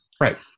Right